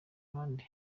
bandi